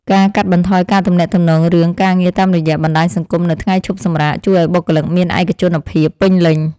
ការកាត់បន្ថយការទំនាក់ទំនងរឿងការងារតាមរយៈបណ្តាញសង្គមនៅថ្ងៃឈប់សម្រាកជួយឱ្យបុគ្គលិកមានឯកជនភាពពេញលេញ។